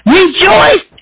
rejoice